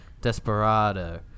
Desperado